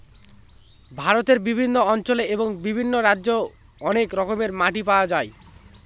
ভারতের বিভিন্ন অঞ্চলে এবং বিভিন্ন রাজ্যে অনেক রকমের মাটি পাওয়া যায়